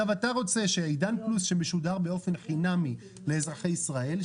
אתה רוצה שעידן פלוס שמשודר באופן חינמי לאזרחי ישראל,